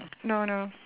no no